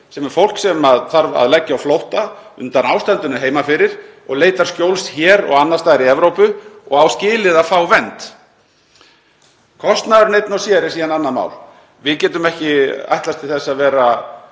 sem er fólk sem þarf að leggja á flótta undan ástandinu heima fyrir og leitar skjóls hér og annars staðar í Evrópu og á skilið að fá vernd. Kostnaðurinn einn og sér er síðan annað mál. Við getum ekki ætlast til þess að vera